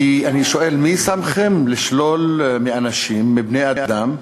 כי אני שואל, מי שמכם לשלול מאנשים, מבני-אדם,